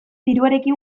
diruarekin